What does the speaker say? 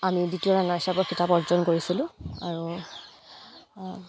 আমি দ্বিতীয় ৰাণাৰ্ছআপৰ কিতাপ অৰ্জন কৰিছিলোঁ আৰু